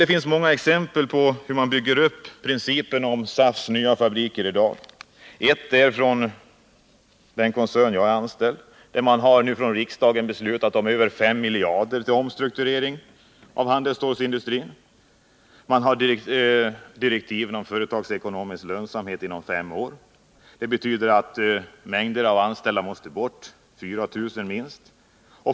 Det finns många exempel på — defrågor m.m. hur man bygger upp ett företag enligt principen om SAF:s ”nya fabriker”. Jag kan ta ett från den koncern där jag är anställd. Riksdagen har beslutat att anslå över 4 miljarder kronor för omstrukturering av handelsstålsindustrin och utfärdade samtidigt direktiv om företagsekonomisk lönsamhet inom fem år. Det betyder att en mängd anställda måste bort — minst 4 000.